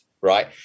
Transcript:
Right